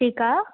ठीकु आहे